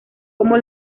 como